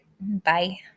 Bye